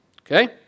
Okay